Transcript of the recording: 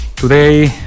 Today